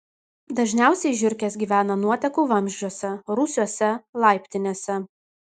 dažniausiai žiurkės gyvena nuotekų vamzdžiuose rūsiuose laiptinėse